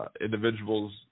individuals –